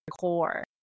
core